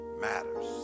matters